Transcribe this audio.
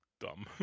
dumb